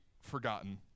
forgotten